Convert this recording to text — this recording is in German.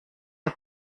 der